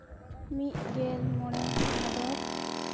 ᱢᱤᱫ ᱜᱮᱞ ᱢᱚᱬᱮ ᱵᱷᱟᱫᱚᱨ